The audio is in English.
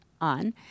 on